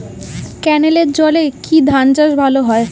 ক্যেনেলের জলে কি ধানচাষ ভালো হয়?